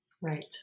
right